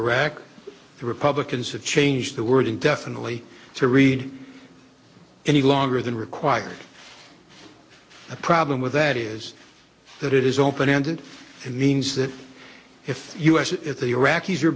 iraq the republicans have changed the wording definitely to read any longer than required a problem with that is that it is open ended means that if u s if the iraqis are